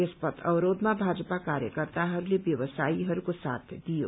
यस पथावरोधमा भाजपा कार्यकर्ताहरूले व्यावसायीहरूको साथ दियो